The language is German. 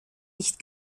nicht